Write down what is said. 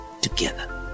together